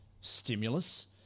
stimulus